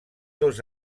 dos